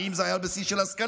כי אם זה היה על בסיס של השכלה,